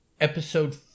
episode